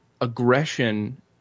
aggression